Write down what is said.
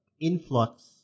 influx